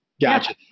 Gotcha